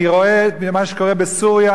אני רואה מה שקורה בסוריה,